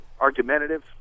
argumentative